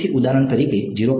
તેથી ઉદાહરણ તરીકે આ 0